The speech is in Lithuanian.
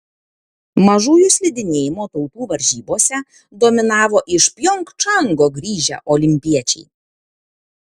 mažųjų slidinėjimo tautų varžybose dominavo iš pjongčango grįžę olimpiečiai